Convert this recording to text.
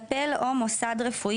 היה דוח של מנכ"ל משרד הבריאות בנושא.